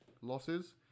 losses